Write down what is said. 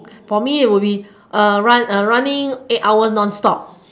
for me would be uh run running eight hours non stop